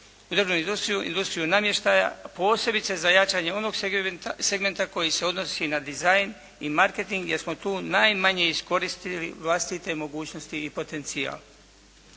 industriju namještaja posebice za jačanje onog segmenta koji se odnosi na dizajn i marketing jer smo tu najmanje iskoristili vlastite mogućnosti i potencijal.